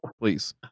please